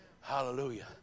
Hallelujah